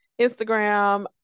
Instagram